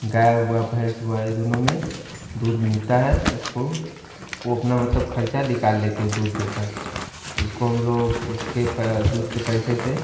गाय हुआ भैंस हुआ ये दोनों में दूध मिलता है उसको वो अपना मतलब खर्चा निकाल लेती है दूध देकर तो उसको हम लोग उसके दूध के पैसे से